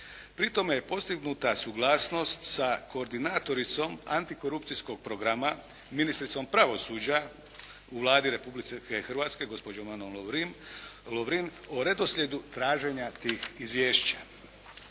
Pri tome je postignuta suglasnost sa koordinatoricom antikorupcijskog programa ministricom pravosuđa u Vladi Republike Hrvatske gospođom Anom Lovrin o redoslijedu traženja tih izvješća.